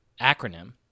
acronym